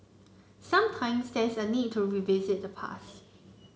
sometimes there is a need to revisit the past